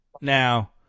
now